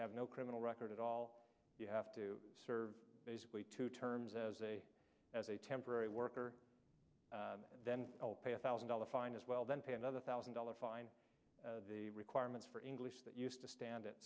have no criminal record at all you have to serve basically two terms as a as a temporary worker and then i'll pay a thousand dollar fine as well then pay another thousand dollar fine the requirements for english that used to stand it